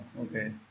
okay